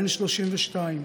בן 32,